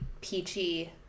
peachy